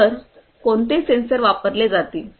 तर कोणते सेन्सर वापरले जातील